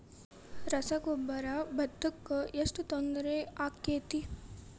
ರಸಗೊಬ್ಬರ, ಭತ್ತಕ್ಕ ಎಷ್ಟ ತೊಂದರೆ ಆಕ್ಕೆತಿ?